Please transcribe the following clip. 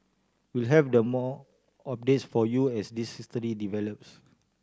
we'll have the more updates for you as this develops